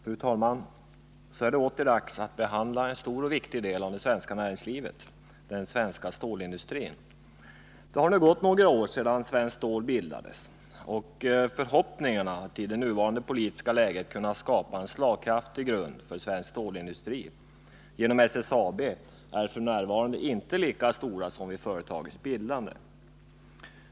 Fru talman! Så är det åter dags att behandla en stor och viktig del av det svenska näringslivet, den svenska stålindustrin. Det har nu gått några år sedan Svenskt Stål AB bildades, men förhoppningarna att i det nuvarande politiska läget genom SSAB kunna skapa en slagkraftig grund för svensk stålindustri är inte lika stora som vid företagets bildande.